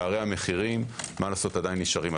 פערי המחירים עדיין נשארים.